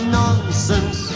nonsense